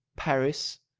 paris,